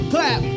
Clap